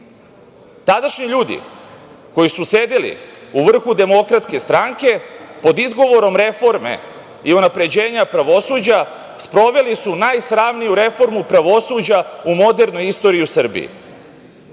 Tadašnji ljudi koji su sedeli u vrhu DS pod izgovorom reforme i unapređenja pravosuđa sproveli su najsramniju reformu pravosuđa u modernoj istoriji u Srbiji.